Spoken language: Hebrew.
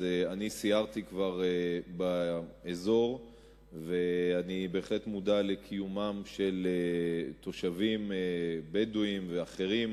אני כבר סיירתי באזור ואני בהחלט מודע לקיומם של תושבים בדואים ואחרים